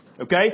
okay